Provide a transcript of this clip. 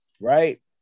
Right